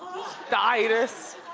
the itis,